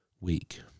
week